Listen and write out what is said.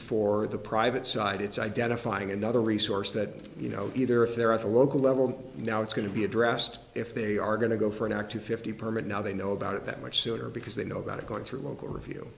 for the private side it's identifying another resource that you know either if they're at the local level now it's going to be addressed if they are going to go for an active fifty permit now they know about it that much sooner because they know about it going through local review